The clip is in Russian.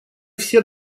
все